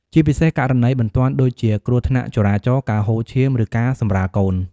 ជាពិសេសករណីបន្ទាន់ដូចជាគ្រោះថ្នាក់ចរាចរណ៍ ការហូរឈាម ឬការសម្រាលកូន។